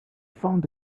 found